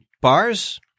bars